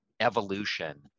Evolution